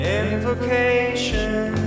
invocation